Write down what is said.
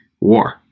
war